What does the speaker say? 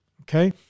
Okay